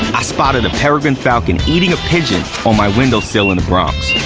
i spotted a peregrine falcon eating a pigeon on my windowsill in the bronx.